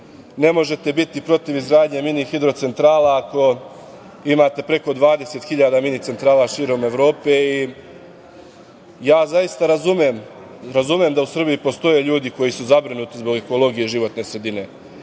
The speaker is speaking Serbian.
Ne možete biti protiv izgradnje mini hidrocentrala, ako imate preko 20 hiljada mini centrala širom Evrope. Zaista razumem da u Srbiji postoje ljudi koji su zabrinuti zbog ekologije, životne sredine,